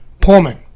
Pullman